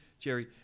Jerry